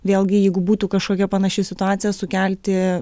vėlgi jeigu būtų kažkokia panaši situacija sukelti